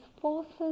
forces